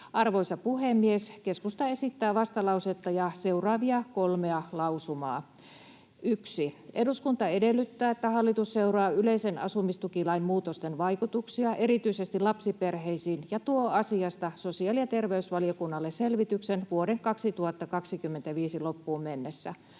Arvoisa puhemies! Keskusta esittää vastalausetta ja seuraavia kolmea lausumaa: 1. ”Eduskunta edellyttää, että hallitus seuraa yleisen asumistukilain muutosten vaikutuksia erityisesti lapsiperheisiin ja tuo asiasta sosiaali- ja terveysvaliokunnalle selvityksen vuoden 2025 loppuun mennessä.”